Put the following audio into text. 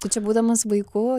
tai čia būdamas vaiku